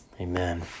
Amen